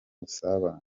busabane